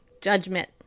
judgment